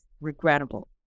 regrettable